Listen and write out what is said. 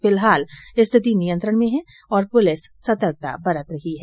फिलहाल स्थिति नियंत्रण में है और पुलिस सतर्कता बरत रही है